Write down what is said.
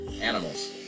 Animals